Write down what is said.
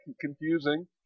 confusing